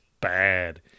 bad